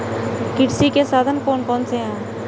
कृषि के साधन कौन कौन से हैं?